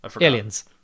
Aliens